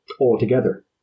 altogether